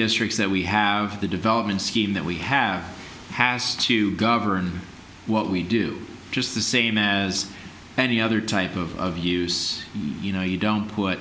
districts that we have the development scheme that we have has to govern what we do just the same as any other type of views you know you don't put